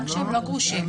גם כשהם לא גרושים.